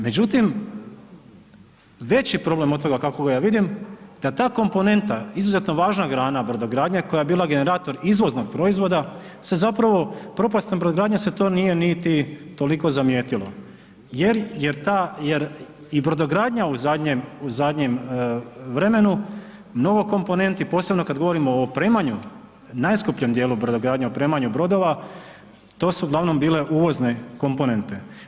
Međutim, veći problem od toga kako ga ja vidim da ta komponenta izuzetno važna grana brodogradnje koja je bila generator izvoznog proizvoda se zapravo propastom brodogradnje se to nije niti toliko zamijetilo jer, jer ta, jer i brodogradnja u zadnjem vremenu, novo komponenti posebno kad govorimo o opremanju najskupljem dijelu brodogradnje, opremanju brodova to su uglavnom bile uvozne komponente.